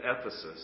Ephesus